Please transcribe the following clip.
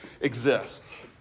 exists